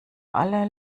alle